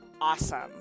awesome